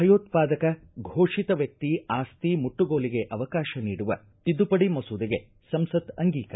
ಭಯೋತ್ವಾದಕ ಘೋಷಿತ ವ್ಯಕ್ತಿ ಆಸ್ತಿ ಮುಟ್ಟುಗೋಲಿಗೆ ಅವಕಾಶ ನೀಡುವ ತಿದ್ದುಪಡಿ ಮಸೂದೆಗೆ ಸಂಸತ್ ಅಂಗೀಕಾರ